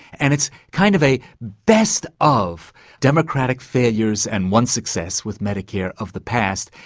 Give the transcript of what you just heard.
and it's kind of a best of democratic failures and one success with medicare of the past,